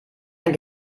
ein